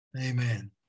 Amen